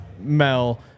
Mel